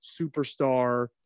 superstar